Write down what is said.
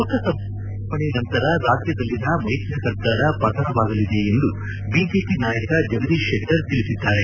ಲೋಕಸಭಾ ಚುನಾವಣೆ ನಂತರ ರಾಜ್ಯದಲ್ಲಿನ ಮೈತ್ರಿ ಸರ್ಕಾರ ಪತನವಾಗಲಿದೆ ಎಂದು ಬಿಜೆಪಿ ನಾಯಕ ಜಗದೀತ್ ಶೆಟ್ಟರ್ ತಿಳಿಸಿದ್ದಾರೆ